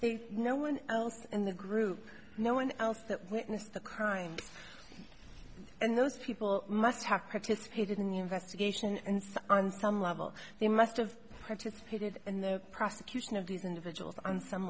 that no one else in the group no one else that witnessed the crime and those people must have participated in the investigation and so on some level they must of participated in the prosecution of these individuals on some